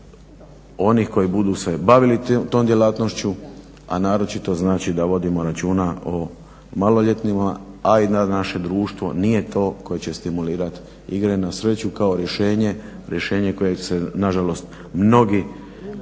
onih koji se budu bavili tom djelatnošću, a naročito znači da vodimo računa o maloljetnima, a i da naše društvo nije to koje će stimulirati igre na sreću kao rješenje, rješenje kojeg se na žalost mnogi